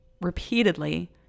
repeatedly